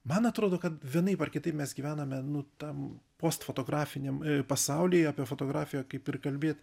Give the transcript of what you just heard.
man atrodo kad vienaip ar kitaip mes gyvename nu tam post fotografiniam pasaulyje apie fotografiją kaip ir kalbėt